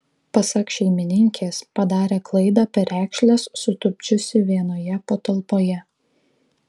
pasak šeimininkės padarė klaidą perekšles sutupdžiusi vienoje patalpoje